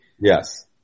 Yes